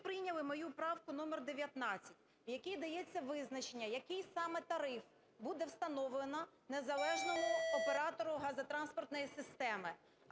Ви прийняли мою правку номер 19, в якій дається визначення, який саме тариф буде встановлено незалежному оператору газотранспортної системи.